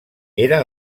era